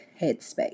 headspace